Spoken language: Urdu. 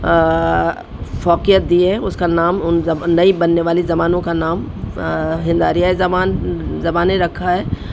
فوقیت دی ہے اس کا نام ان نئی بننے والی زبانوں کا نام ہند آریائی زبان زبانیں رکھا ہے